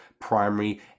primary